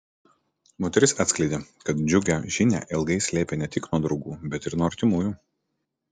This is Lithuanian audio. moteris atskleidė kad džiugią žinią ilgai slėpė ne tik nuo draugų bet ir nuo artimųjų